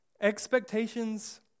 Expectations